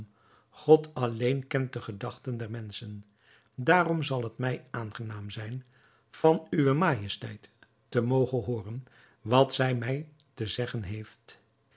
god alleen kent de gedachten der menschen daarom zal het mij aangenaam zijn van uwe majesteit te mogen hooren wat zij mij te zeggen heeft